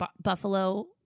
buffalo